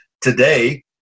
Today